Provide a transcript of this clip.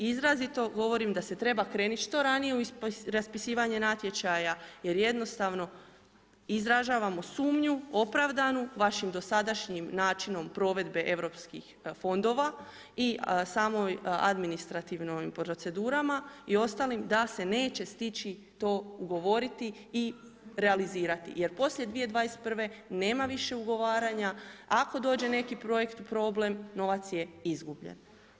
Izrazito govorim da se treba krenuti što ranije u raspisivanje natječaja jer jednostavno izražavamo sumnju, opravdanu, vašim dosadašnjim načinom provedbe europskih fondova i samoj administrativnim procedurama i ostalim da se neće stići to ugovoriti i realizirati jer poslije 2021. nema više ugovaranja, ako dođe neki projekt u problem, novac je izgubljen.